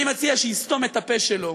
אני מציע שיסתום את הפה שלו.